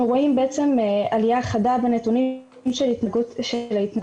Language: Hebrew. אנחנו רואים עלייה חדה בנתונים של ההתנהגויות